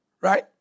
right